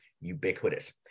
ubiquitous